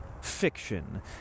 Fiction